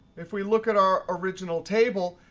if we look at our original table,